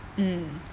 mm